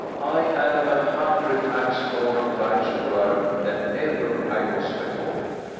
i am a hundred times more obliged to her than ever i was before.